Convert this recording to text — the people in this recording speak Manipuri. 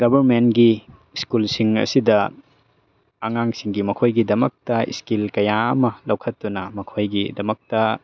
ꯒꯕꯔꯃꯦꯟꯒꯤ ꯁ꯭ꯀꯨꯜꯁꯤꯡ ꯑꯁꯤꯗ ꯑꯉꯥꯡꯁꯤꯡꯒꯤ ꯃꯈꯣꯏꯒꯤꯗꯃꯛꯇ ꯏꯁꯀꯤꯜ ꯀꯌꯥ ꯑꯃ ꯂꯧꯈꯠꯇꯨꯅ ꯃꯈꯣꯏꯒꯤꯗꯃꯛꯇ